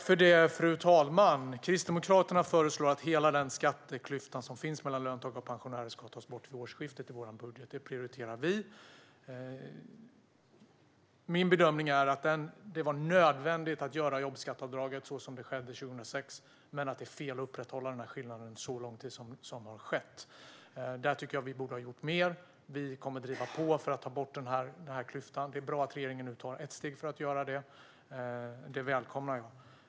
Fru talman! Vi i Kristdemokraterna föreslår i vår budget att hela den skatteklyfta som finns mellan löntagare och pensionärer ska tas bort från årsskiftet. Det prioriterar vi. Min bedömning är att det var nödvändigt att göra jobbskatteavdraget så som skedde 2006. Men det är fel att upprätthålla skillnaden under så lång tid som har skett. Där borde vi ha gjort mer. Vi kommer att driva på för att ta bort klyftan. Det är bra att regeringen nu tar ett steg för att göra det. Det välkomnar jag.